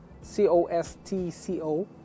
C-O-S-T-C-O